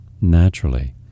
naturally